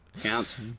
Counts